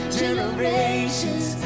generations